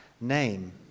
name